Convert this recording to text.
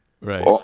Right